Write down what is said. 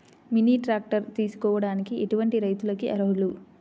Mini tractor తీసుకోవడానికి ఎటువంటి రైతులకి అర్హులు?